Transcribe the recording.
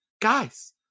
guys